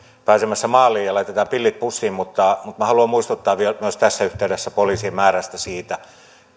pääsemässä maaliin ja laitetaan pillit pussiin mutta mutta haluan muistuttaa vielä myös tässä yhteydessä poliisien määrästä siitä